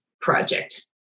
Project